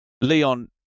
Leon